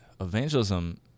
evangelism